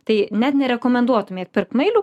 tai net nerekomenduotumėt pirkt mailių